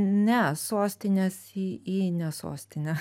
ne sostinės į į ne sostinę